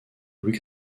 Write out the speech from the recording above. louis